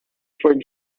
for